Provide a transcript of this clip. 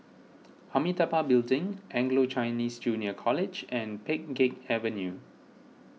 Amitabha Building Anglo Chinese Junior College and Pheng Geck Avenue